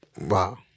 Wow